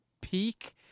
peak